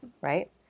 Right